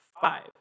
Five